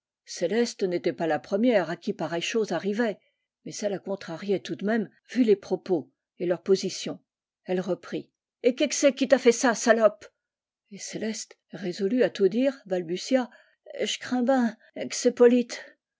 céleste n'était pas la première à qui pareille chose arrivait mais ça la contrariait tout de même vu les propos et leur position elle reprit et que que c'est qui t'a fait ça salope et céleste résolue à tout dire balbutia j'crais ben qu'c'est polyte